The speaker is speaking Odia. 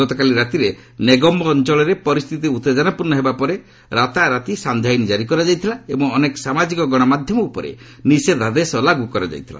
ଗତକାଲି ରାତିରେ ନେଗୋମ୍ବୋ ଅଞ୍ଚଳରେ ପରିସ୍ଥିତି ଉତ୍ତେଜନାପୂର୍ଣ୍ଣ ହେବା ପରେ ରାତାରାତି ସାନ୍ଧ୍ୟ ଆଇନ୍ ଜାରି କରାଯାଇଥିଲା ଏବଂ ଅନେକ ସାମାଜିକ ଗଣମାଧ୍ୟମ ଉପରେ ନିଷେଧାଦେଶ ଲାଗୁ କରାଯାଇଥିଲା